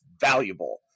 valuable